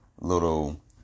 little